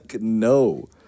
no